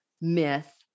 myth